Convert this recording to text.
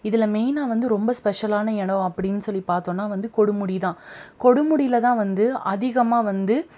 இதில் மெயினாக வந்து ரொம்ப ஸ்பெஷலான இடம் அப்படின்னு சொல்லி பார்த்தோம்னா வந்து கொடுமுடிதான் கொடுமுடியில் தான் வந்து அதிகமாக வந்து